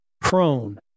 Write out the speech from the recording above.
prone